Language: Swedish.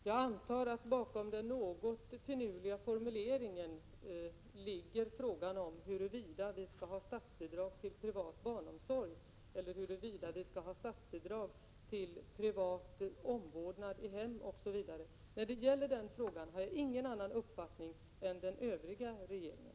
Fru talman! Jag antar att bakom den något finurliga formuleringen ligger frågan huruvida vi skall ha statsbidrag till privat barnomsorg eller huruvida vi skall ha statsbidrag till privat omvårdnad i hemmet osv. När det gäller den frågan har jag ingen annan uppfattning än den övriga regeringen.